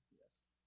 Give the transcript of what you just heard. Yes